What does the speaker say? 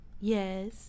Yes